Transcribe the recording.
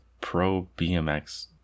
pro-BMX